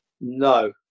No